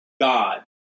God